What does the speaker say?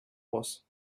was